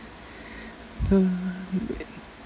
uh